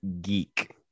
geek